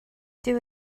dyw